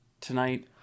tonight